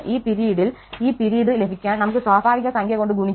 ഈ പിരീഡിൽ ഈ പിരീഡ് ലഭിക്കാൻ നമുക്ക് സ്വാഭാവിക സംഖ്യ കൊണ്ട് ഗുണിക്കാം